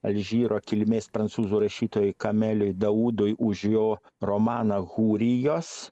alžyro kilmės prancūzų rašytojui kameliui daudui už jo romaną hurijos